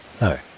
no